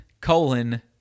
colon